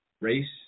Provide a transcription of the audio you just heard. race